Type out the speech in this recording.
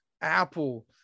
Apple